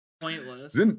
Pointless